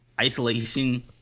Isolation